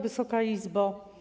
Wysoka Izbo!